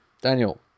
Daniel